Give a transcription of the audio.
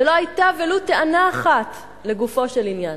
לא היתה ולו טענה אחת לגופו של עניין.